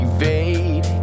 Evade